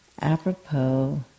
apropos